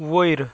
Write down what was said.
वयर